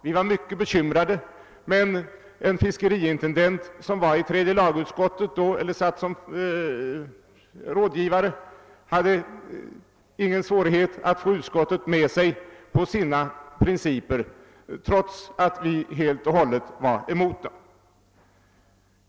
Vi var mycket bekymrade, men en fiskeriintendent som då var rådgivare till tredje lagutskottet hade ingen svårighet att få utskottet med sig på sina principer, trots att vi helt var emot dem.